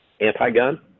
anti-gun